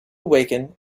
awaken